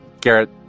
Garrett